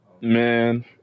Man